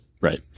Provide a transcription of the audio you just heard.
Right